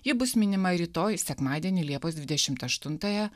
ji bus minima rytoj sekmadienį liepos dvidešimt aštuntąją